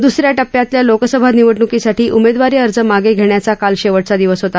दुसऱ्या टप्प्यातल्या लोकसभा निवडणुकीसाठी उमेदवारी अर्ज मागे घेण्याचा काल शेवटचा दिवस होता